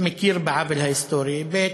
מכיר בעוול ההיסטורי, וב.